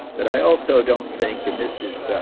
but i also don't think and this is ah,